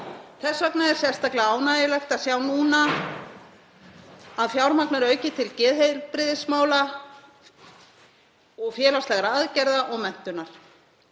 Þess vegna er sérstaklega ánægjulegt að sjá núna að fjármagn verði aukið til geðheilbrigðismála, félagslegra aðgerða og menntunar.